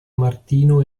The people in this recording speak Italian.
martino